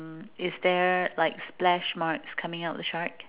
mm is there like splash marks coming out of the shark